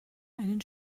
einen